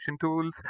tools